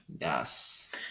Yes